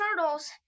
turtles